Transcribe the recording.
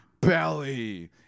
belly